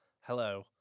hello